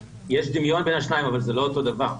ויש דמיון בין השניים אבל זה לא אותו הדבר.